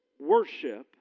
Worship